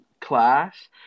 class